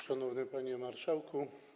Szanowny Panie Marszałku!